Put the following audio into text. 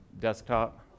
desktop